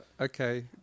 Okay